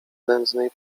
nędznej